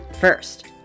First